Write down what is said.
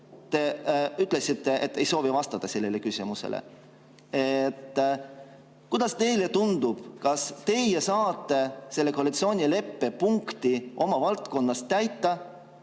Te ütlesite, et ei soovi sellele küsimusele vastata. Kuidas teile tundub, kas teie saate seda koalitsioonileppe punkti oma valdkonnas täita,